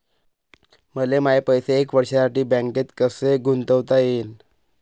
मले माये पैसे एक वर्षासाठी बँकेत कसे गुंतवता येईन?